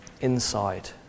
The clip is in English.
inside